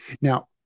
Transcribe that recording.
Now